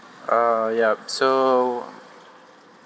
uh yup so